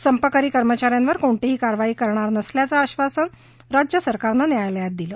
संपकरी कर्मचाऱ्यांवर कोणतीही कारवाई करणार नसल्याचं आश्वासन राज्य सरकारनं न्यायालयात दिलं